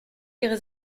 ihre